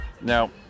Now